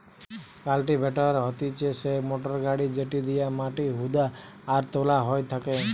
cultivator হতিছে সেই motor গাড়ি যেটি দিয়া মাটি হুদা আর তোলা হয় থাকে